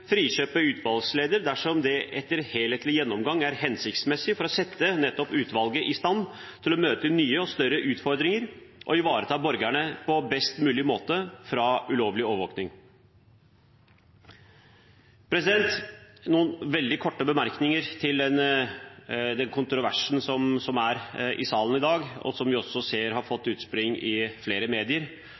frikjøpe utvalgslederen dersom det etter en helhetlig gjennomgang er hensiktsmessig for nettopp å sette utvalget i stand til å møte nye og større utfordringer og ivareta borgerne på best mulig måte når det gjelder ulovlig overvåkning. Noen veldig korte bemerkninger til den kontroversen som er i salen i dag, og som vi også ser er omtalt i flere medier